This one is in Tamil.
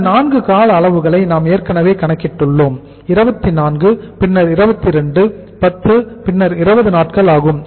இந்த 4 கால அளவுகளை நாம் ஏற்கனவே கணக்கிட்டுள்ளோம் 24 பின்னர் 22 10 பின்னர் 20 நாட்கள் ஆகும்